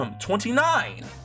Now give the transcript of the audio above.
twenty-nine